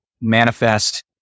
manifest